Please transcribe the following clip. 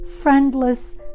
friendless